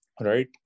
Right